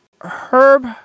Herb